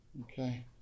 Okay